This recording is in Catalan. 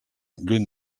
lluny